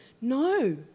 no